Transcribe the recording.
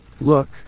Look